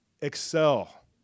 excel